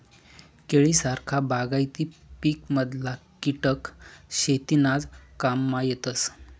केळी सारखा बागायती पिकमधला किटक शेतीनाज काममा येतस